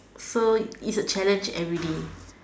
so it's a challenge everyday